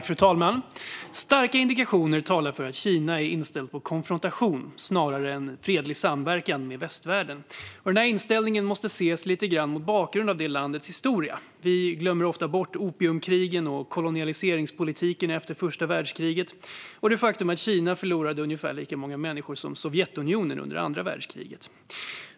Fru talman! Starka indikationer talar för att Kina är inställt på konfrontation snarare än på fredlig samverkan med västvärlden, och den inställningen måste ses mot bakgrund av landets historia. Vi glömmer ofta bort opiumkrigen, kolonialiseringspolitiken efter första världskriget och det faktum att Kina förlorade ungefär lika många människor som Sovjetunionen under andra världskriget.